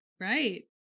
right